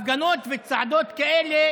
הפגנות וצעדות כאלה